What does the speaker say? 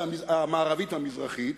והמערבית, והמזרחית,